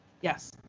Yes